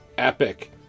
epic